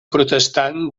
protestant